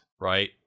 right